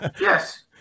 Yes